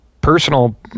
personal